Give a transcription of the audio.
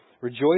Rejoice